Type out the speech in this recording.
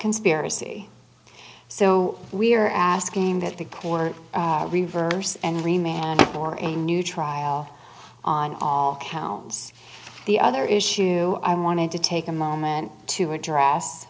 conspiracy so we are asking that the court reverse and remain for a new trial on all counts the other issue i wanted to take a moment to address